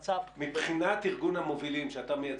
מבחינת ארגון המובילים שאתה מייצג,